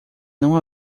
não